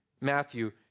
Matthew